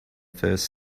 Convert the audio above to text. first